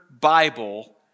Bible